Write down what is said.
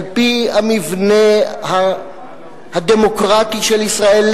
על-פי המבנה הדמוקרטי של ישראל,